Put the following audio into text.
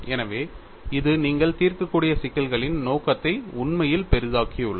எனவே இது நீங்கள் தீர்க்கக்கூடிய சிக்கல்களின் நோக்கத்தை உண்மையில் பெரிதாக்கியுள்ளது